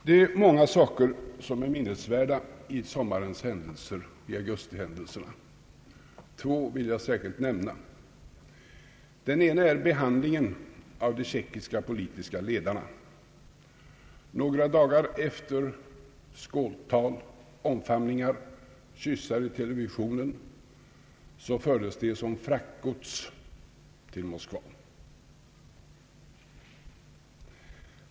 Det är många saker som är minnesvärda bland augustihändelserna. Två vill jag särskilt nämna. Den ena är behandlingen av de tjeckiska politiska ledarna. Några dagar efter skåltal, omfamningar och kyssar i televisionen fördes de som fraktgods till Moskva.